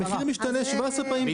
המחיר משתנה 17 פעמים ביום.